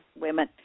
women